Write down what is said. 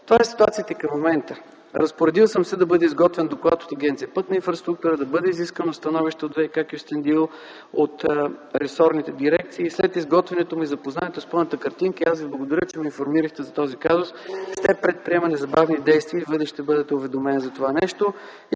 Това е ситуацията към момента. Разпоредил съм се да бъде изготвен доклад от Агенция „Пътна инфраструктура”, да бъде изискано становище от „ВиК” – Кюстендил, от ресорните дирекции. След изготвянето му и запознаването с пълната картина, аз Ви благодаря, че ме информирахте за този казус, ще предприема незабавни действия и в бъдеще ще бъдете уведомен. Искам